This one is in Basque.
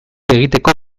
egiteko